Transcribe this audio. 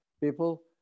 people